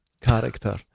Character